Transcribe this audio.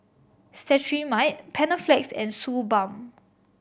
Cetrimide Panaflex and Suu Balm